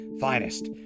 finest